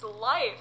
life